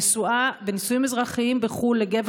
נשואה בנישואים אזרחיים בחוץ-לארץ לגבר נורבגי,